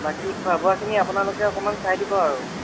বাকী খোৱা বোৱাখিনি আপোনালোকে অকণমান চাই দিব আৰু